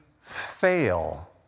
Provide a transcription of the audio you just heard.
fail